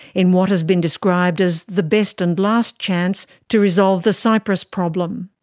in what has been described as the best and last chance to resolve the cyprus problem.